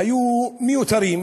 היו מיותרים.